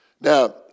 Now